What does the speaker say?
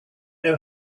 know